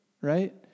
right